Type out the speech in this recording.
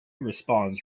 respawns